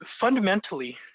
fundamentally